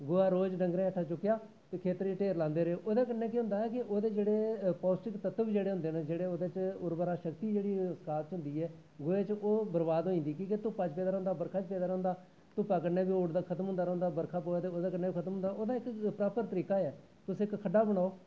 गोहा रोज डंगरें हैट्ठा दा चुक्केआ ते खेत्तरें च ढेर लांदे गे ओह्दे कन्नै केह् होंदा कि ओह्दे जेह्ड़े पोश्टिक तत्व जेह्ड़े होंदे न उरबरा शक्ती जेह्ड़ी खाध च होंदी ऐ ओह् बरबाद होई जंदी कि के धुप्पा च पेदा रौंह्दा बर्खा च पेदा रौंह्दा धुप्पा कन्नै बी खत्म होंगदा रौह्दा बरखा कन्नै बी खत्म होंदा रौंह्दा ओह्दा इक प्रापर तरीका ऐ तुस इक खड्ढा बनाओ